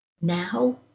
now